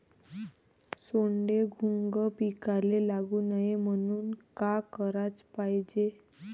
सोंडे, घुंग पिकाले लागू नये म्हनून का कराच पायजे?